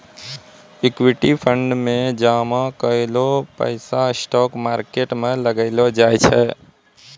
equity fund मे जामा कैलो पैसा स्टॉक मार्केट मे लगैलो जाय छै